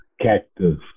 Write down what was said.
Cactus